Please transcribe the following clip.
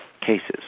cases